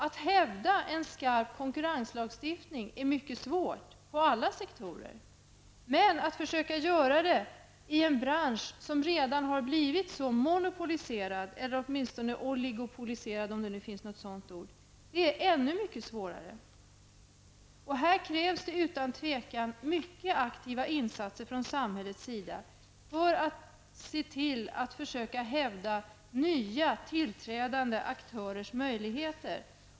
Att hävda en skarp konkurrenslagstiftning är mycket svårt på alla sektorer. Men att försöka göra det i en bransch som redan har blivit så monopoliserad eller oligopoliserad är ännu svårare. Här krävs det utan tvivel mycket aktiva insatser från samhällets sida för att man skall kunna se till att försöka hävda nya tillträdande aktörers möjligheter.